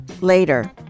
later